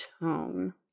tone